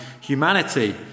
humanity